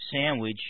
sandwich